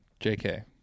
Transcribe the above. JK